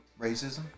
racism